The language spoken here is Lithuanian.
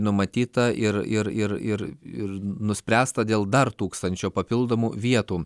numatyta ir ir ir ir ir nuspręsta dėl dar tūkstančio papildomų vietų